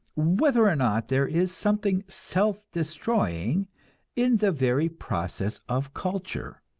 whether or not there is something self-destroying in the very process of culture.